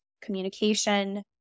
communication